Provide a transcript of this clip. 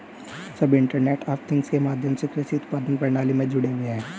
सभी internet of things के माध्यम से कृषि उत्पादन प्रणाली में जुड़े हुए हैं